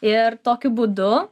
ir tokiu būdu